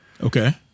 Okay